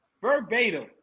verbatim